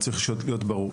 אבל צריך להיות ברור.